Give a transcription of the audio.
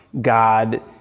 God